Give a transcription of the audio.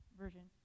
version